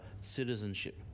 citizenship